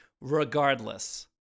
regardless